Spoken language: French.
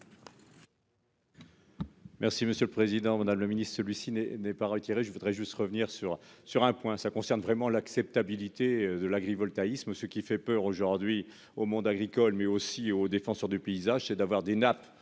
Merci monsieur le président, madame le Ministre, celui-ci n'est n'est pas retiré, je voudrais juste revenir sur sur un point, ça concerne vraiment l'acceptabilité de l'agrivoltaïsme, ce qui fait peur aujourd'hui au monde agricole, mais aussi aux défenseurs du paysage, c'est d'avoir des nappes